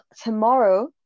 tomorrow